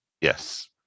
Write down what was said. Yes